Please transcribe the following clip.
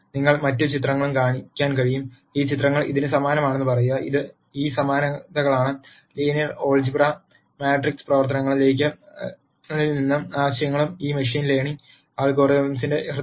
നിങ്ങൾക്ക് മറ്റ് ചിത്രങ്ങളും കാണിക്കാൻ കഴിയും ഈ ചിത്രങ്ങൾ ഇതിന് സമാനമാണെന്ന് പറയുക ഈ സമാനതകളാണ് ലീനിയർ ആൾജിബ്ര മാട്രിക്സ് പ്രവർത്തനങ്ങളിൽ നിന്നുള്ള ആശയങ്ങളും ഈ മെഷീൻ ലേണിംഗ് അൽഗോരിതംസിന്റെ ഹൃദയഭാഗത്താണ്